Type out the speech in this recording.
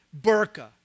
burqa